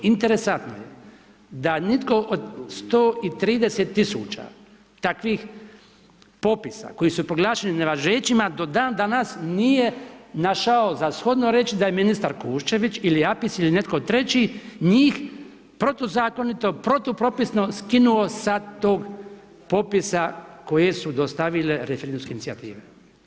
Interesantno da nitko od 130 tisuća takvih popisa koji su proglašeni nevažećima do dan danas nije našao za shodno reć da je ministra Kušćević ili APIS ili netko treći njih protuzakonito, protupropisno skinuo sa tog popisa koje su dostavile referendumske inicijative.